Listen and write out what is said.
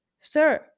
Sir